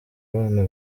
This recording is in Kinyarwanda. abana